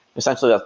essentially, ah